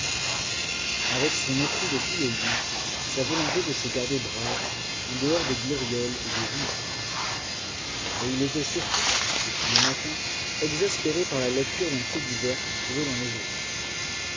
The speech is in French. avec son mépris de tous les liens sa volonté de se garder brave en dehors des glorioles et des jouissances et il était surtout depuis le matin exaspéré par la lecture d'un fait divers qui courait les journaux